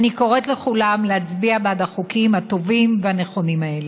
אני קוראת לכולם להצביע בעד החוקים הטובים והנכונים האלה.